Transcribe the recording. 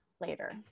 later